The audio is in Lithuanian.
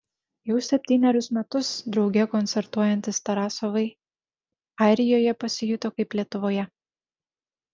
jau septynerius metus drauge koncertuojantys tarasovai airijoje pasijuto kaip lietuvoje